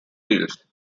wheels